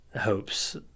hopes